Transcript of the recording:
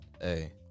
Hey